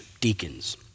deacons